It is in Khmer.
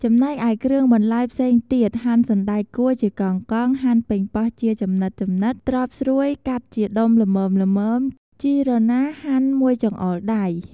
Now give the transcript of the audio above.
ចំណែកឯគ្រឿងបន្លែផ្សេងទៀត ហាន់សណ្ដែកកួរជាកង់ៗ ហាន់ប៉េងប៉ោះជាចំណិតៗ ត្រប់ស្រួយកាត់ជាដុំល្មមៗ ជីរណាហាន់មួយចង្អុលដៃ ។